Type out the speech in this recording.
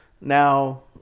now